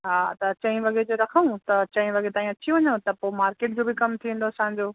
हा त चईं वॻे जो रखूं त चईं वॻे ताईं अची वञो त पोइ मार्केट जो बि कम थी वेंदो असांजो